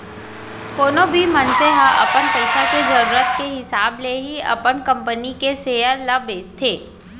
कोनो भी मनसे ह अपन पइसा के जरूरत के हिसाब ले ही अपन कंपनी के सेयर ल बेचथे